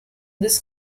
this